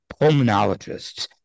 pulmonologists